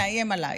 נאיים עלייך.